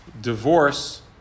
divorce